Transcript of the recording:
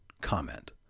comment